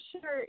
sure